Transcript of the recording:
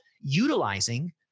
utilizing